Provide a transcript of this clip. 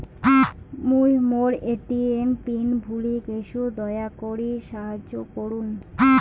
মুই মোর ATM PIN ভুলে গেইসু, দয়া করি সাহাইয্য করুন